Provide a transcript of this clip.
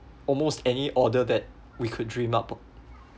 almost any order that we could dream up of